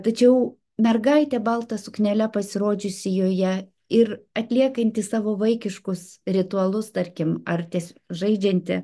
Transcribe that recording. tačiau mergaitė balta suknele pasirodžiusi joje ir atliekanti savo vaikiškus ritualus tarkim ar tais žaidžianti